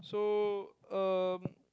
so um